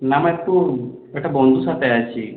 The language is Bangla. না মা একটু একটা বন্ধুর সাথে আছি